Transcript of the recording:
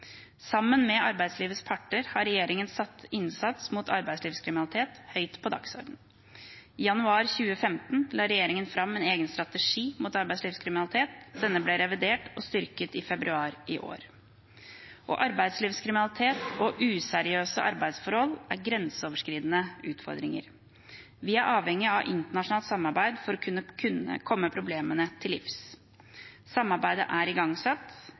Sammen med arbeidslivets parter har regjeringen satt innsats mot arbeidslivskriminalitet høyt på dagsordenen. I januar 2015 la regjeringen fram en egen strategi mot arbeidslivskriminalitet. Denne ble revidert og styrket i februar i år. Arbeidslivskriminalitet og useriøse arbeidsforhold er grenseoverskridende utfordringer. Vi er avhengig av internasjonalt samarbeid for å kunne komme problemene til livs. Samarbeidet er igangsatt.